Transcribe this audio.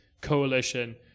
coalition